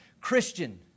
Christian